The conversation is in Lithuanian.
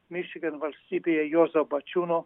mičigan valstybėje juozo bačiūno